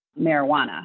marijuana